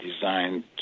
designed